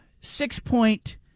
six-point